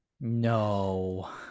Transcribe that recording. No